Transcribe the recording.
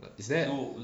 is there